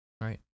Right